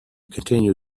continue